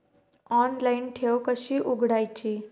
Online ठेव कशी उघडायची?